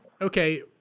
okay